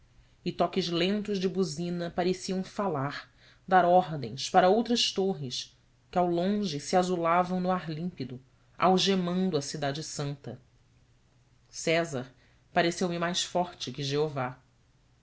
e toques lentos de buzina pareciam falar dar ordens para outras torres que ao longe se azulavam no ar límpido algemando a cidade santa césar pareceu-me mais forte que jeová